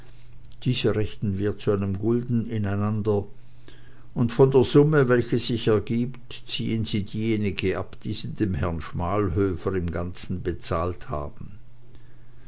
diese rechnen wir zu einem gulden ineinander und von der summe welche sich ergibt ziehen sie diejenige ab die sie dem herren schmalhöfer im ganzen bezahlt haben